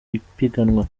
ipiganwa